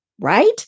right